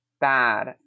bad